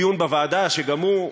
הדיון בוועדה, שגם הוא,